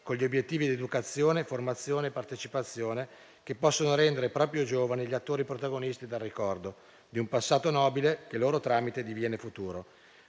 con gli obiettivi di educazione, formazione e partecipazione, che possono rendere proprio i giovani gli attori protagonisti del ricordo di un passato nobile che, loro tramite, diviene futuro.